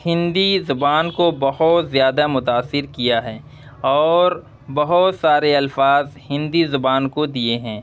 ہندی زبان کو بہت زیادہ متاثر کیا ہے اور بہت سارے الفاظ ہندی زبان کو دیے ہیں